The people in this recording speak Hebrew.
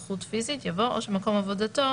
זה אפילו לא מוטל על העובדים.